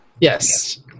Yes